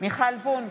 מיכל וונש,